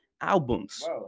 albums